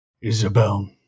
Isabel